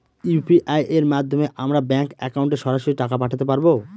UPI এর মাধ্যমে আমরা ব্যাঙ্ক একাউন্টে সরাসরি টাকা পাঠাতে পারবো?